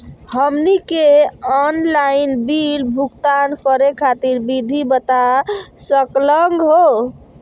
हमनी के online bill भुगतान करे खातीर विधि बता सकलघ हो?